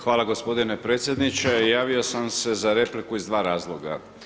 Hvala gospodine predsjedniče, javio sam se za repliku iz dva razloga.